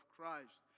Christ